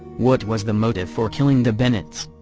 what was the motive for killing the bennett's?